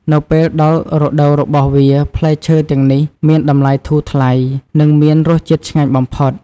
នៅពេលដល់រដូវរបស់វា ផ្លែឈើទាំងនេះមានតម្លៃធូរថ្លៃ និងមានរសជាតិឆ្ងាញ់បំផុត។